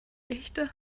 echte